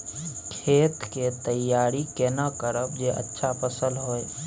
खेत के तैयारी केना करब जे अच्छा फसल होय?